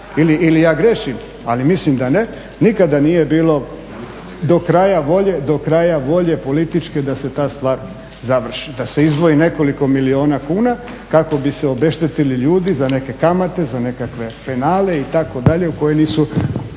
ili ja griješim, ali mislim da ne. Nikada nije bilo do kraja volje, do kraja volje političke da se ta stvar završi, da se izdvoji nekoliko milijuna kuna kako bi se obeštetili ljudi za neke kamate, za nekakve penale itd. koji nisu,